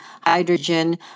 hydrogen